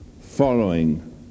following